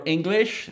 English